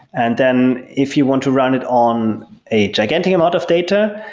and then if you want to run it on a gigantic amount of data,